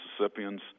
Mississippians